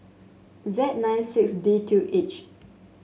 Z nine six D two H